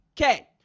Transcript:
Okay